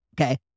okay